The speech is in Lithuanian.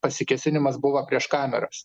pasikėsinimas buvo prieš kameras